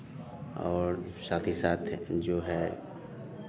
और साथ ही साथ जो है